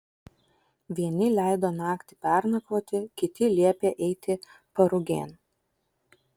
vieni leido naktį pernakvoti kiti liepė eiti parugėn